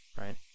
right